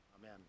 Amen